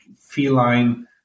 feline